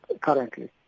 currently